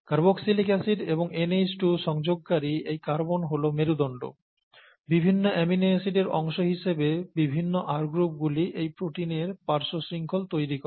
carboxylic acid এবং NH2 সংযোগকারী এই কার্বন হল মেরুদন্ড বিভিন্ন অ্যামিনো অ্যাসিডের অংশ হিসেবে বিভিন্ন R গ্রুপগুলি এই প্রোটিনের পার্শ্ব শৃংখল তৈরি করে